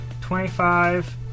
twenty-five